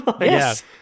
Yes